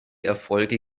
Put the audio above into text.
erfolge